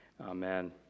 amen